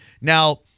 Now